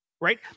Right